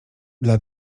dla